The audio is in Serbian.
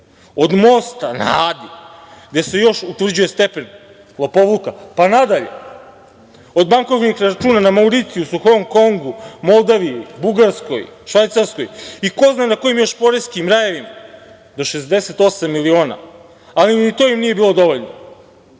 od mosta na Adi, gde se još utvrđuje stepen pa nadalje, od bankovnih računa na Mauricijusu, Hong Kongu, Moldaviji, Bugarskoj, Švajcarskoj i ko zna na kojim još poreskim, rajevima, do 68 miliona, ali ni to im nije bilo dovoljno. Jedini